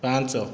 ପାଞ୍ଚ